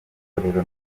matorero